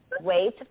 Wait